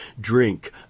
drink